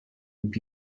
would